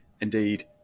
indeed